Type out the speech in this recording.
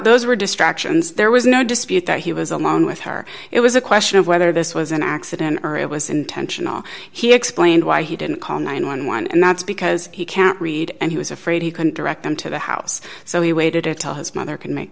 those were distractions there was no dispute that he was alone with her it was a question of whether this was an accident or it was intentional he explained why he didn't call nine hundred and eleven and that's because he can't read and he was afraid he couldn't direct them to the house so he waited until his mother could make